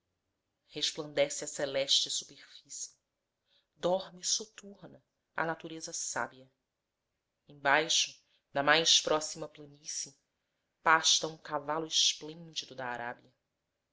resplandece a celeste superfície dorme soturna a natureza sábia embaixo na mais próxima planície pasta um cavalo esplêndido da arábia